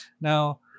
now